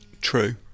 True